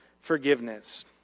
forgiveness